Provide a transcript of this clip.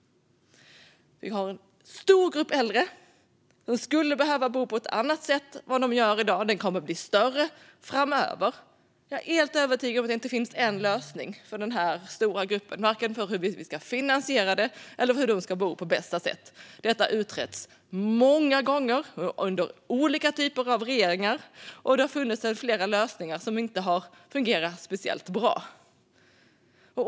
Vi har en stor grupp äldre som skulle behöva bo på ett annat sätt än vad de gör i dag, och den kommer att bli större framöver. Jag är helt övertygad om att det inte finns bara en lösning för den här stora gruppen, vare sig för hur vi ska finansiera den eller hur de ska bo på bästa sätt. Detta har utretts många gånger och under olika typer av regeringar, och det är flera lösningar som inte har fungerat speciellt bra.